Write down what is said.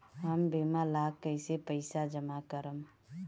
हम बीमा ला कईसे पईसा जमा करम?